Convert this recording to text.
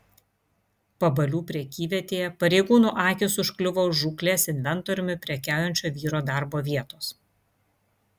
pabalių prekyvietėje pareigūnų akys užkliuvo už žūklės inventoriumi prekiaujančio vyro darbo vietos